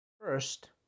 First